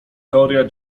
teoria